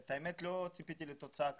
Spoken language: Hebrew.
האמת שלא ציפיתי לתוצאה כזו.